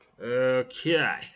Okay